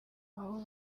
aho